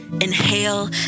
inhale